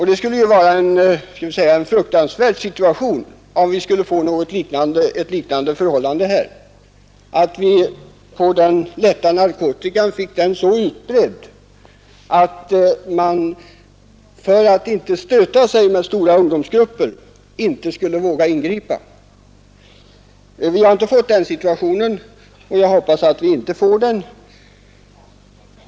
Det skulle vara fruktansvärt om vi här fick ett liknande förhållande, dvs. om vi fick den lätta narkotikan så utbredd att man — för att inte stöta sig med stora ungdomsgrupper — inte skulle våga ingripa. Vi har inte fått den situationen, och jag hoppas att vi inte får den.